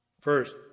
First